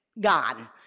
gone